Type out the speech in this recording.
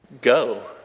Go